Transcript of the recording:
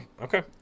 okay